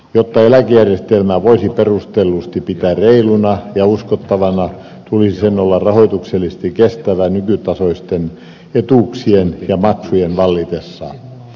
jotta eläkejärjestelmää voisi perustellusti pitää reiluna ja uskottavana tulisi sen olla rahoituksellisesti kestävä nykytasoisten etuuksien ja maksujen vallitessa